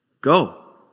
Go